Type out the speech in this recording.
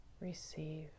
Receive